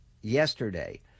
yesterday